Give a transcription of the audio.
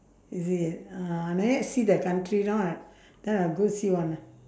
is it uh I never see the country now ah I go see one lah